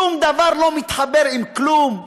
שום דבר לא מתחבר עם כלום.